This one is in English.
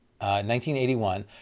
1981